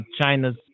China's